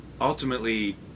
Ultimately